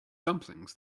dumplings